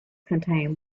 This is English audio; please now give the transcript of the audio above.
contain